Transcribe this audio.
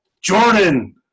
Jordan